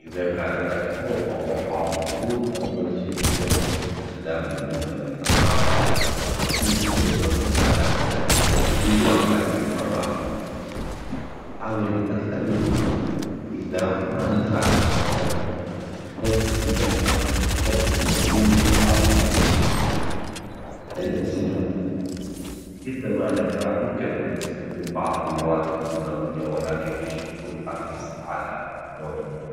إذا كان عندك حوض أو مرحاض مسدود أول شي جرب استخدام المكبس حطه على فتحة التصريف واضغط للأعلى أو الأسفل بقوة عدة مرات، حاول أكثر من مرة إذا ما نفع استخدم خيط السباكة أدخله في الأنبوب وحاول فك الانسداد، إذا ما نفع ممكن إنك تستخدم بعض المواد الكيماوية ولكن يجب تكون حريص على نوعيتها.